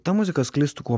ta muzika sklistų kuo plačiau